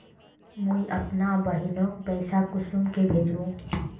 मुई अपना बहिनोक पैसा कुंसम के भेजुम?